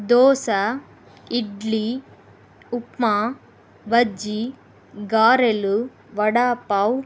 దోశ ఇడ్లీ ఉప్మా బజ్జీ గారెలు వడా పావ్